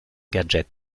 gadgets